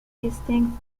distinct